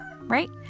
right